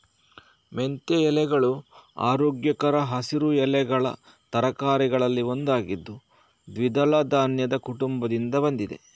ಮೆಂತ್ಯ ಎಲೆಗಳು ಆರೋಗ್ಯಕರ ಹಸಿರು ಎಲೆಗಳ ತರಕಾರಿಗಳಲ್ಲಿ ಒಂದಾಗಿದ್ದು ದ್ವಿದಳ ಧಾನ್ಯದ ಕುಟುಂಬದಿಂದ ಬಂದಿದೆ